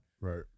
Right